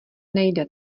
nejde